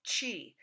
Chi